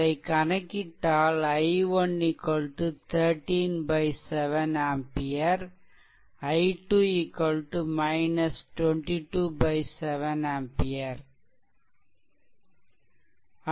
அதை கணக்கிட்டால் i1 13 7 ampere i2 22 7 ampere